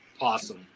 awesome